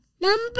Number